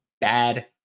bad